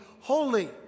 holy